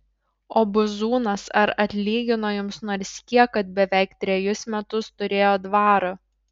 o buzūnas ar atlygino jums nors kiek kad beveik trejus metus turėjo dvarą